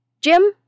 Jim